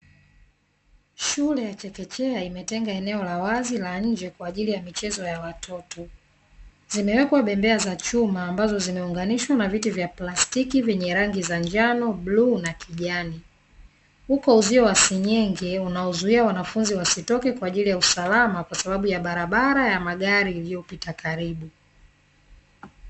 Shule ya chekechea, imetenga eneo la wazi la nje kwa ajili ya michezo ya watoto. Zimewekwa bembea za chuma ambazo zimeunganishwa na viti vya plastiki vyenye rangi za njano, bluu na kijani. Uko uzio wa senyenge unaozuia wanafunzi wasitoke kwa ajili ya usalama, kwa sababu ya barabara ya magari iliyopita karibu.